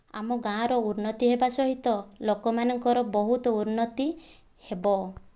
ଆମ ଗାଁ ର ଉନ୍ନତି ହେବା ସହିତ ଲୋକମାନଙ୍କର ବହୁତ ଉନ୍ନତି ହେବ